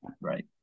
right